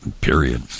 Period